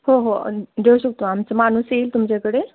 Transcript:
हो हो देऊ शकतो आमचं माणूस येईल तुमच्याकडे